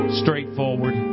straightforward